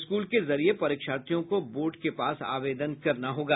school के जरिये परीक्षार्थियों को बोर्ड के पास आवेदन करना होगा